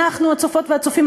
אנחנו הצופות והצופים,